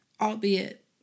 Albeit